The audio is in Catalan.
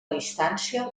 distància